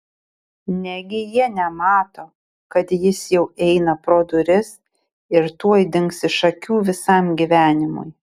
negi jie nemato kad jis jau eina pro duris ir tuoj dings iš akių visam gyvenimui